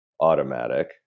automatic